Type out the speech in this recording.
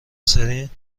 سرین